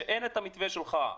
שאין את המתווה שלך,